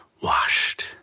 washed